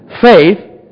Faith